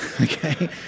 Okay